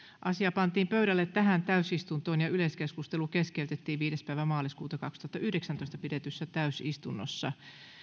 asia pantiin pöydälle tähän täysistuntoon ja yleiskeskustelu keskeytettiin viides kolmatta kaksituhattayhdeksäntoista pidetyssä täysistunnossa